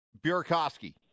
Burekowski